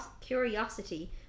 curiosity